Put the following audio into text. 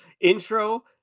intro